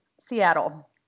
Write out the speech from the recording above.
Seattle